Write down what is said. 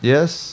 Yes